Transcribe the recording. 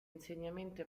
insegnamento